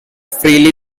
freely